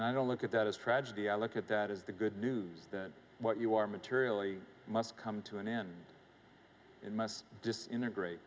i don't look at that as tragedy i look at that as the good news that what you are materially must come to an end it must just integrate